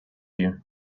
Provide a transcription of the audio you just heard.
you